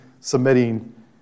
submitting